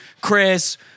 Chris